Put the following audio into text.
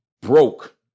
broke